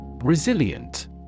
Resilient